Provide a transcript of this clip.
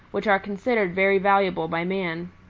which are considered very valuable by man.